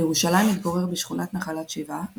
בירושלים התגורר בשכונת נחלת שבעה,